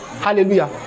Hallelujah